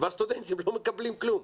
והסטודנטים לא מקבלים כלום.